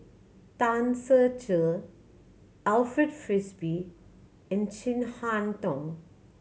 Tan Ser Cher Alfred Frisby and Chin Harn Tong